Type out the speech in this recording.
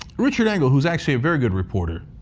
richard engel, who's actually a very good reporter,